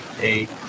Eight